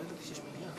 איתן ביקש השלמה.